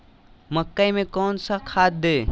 मकई में कौन सा खाद दे?